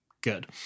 good